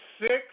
Six